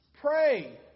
Pray